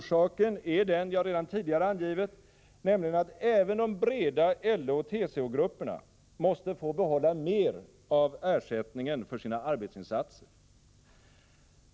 Orsaken är den som jag redan tidigare har angivit, nämligen att även de breda LO och TCO-grupperna måste få behålla mer av ersättningen för sina arbetsinsatser.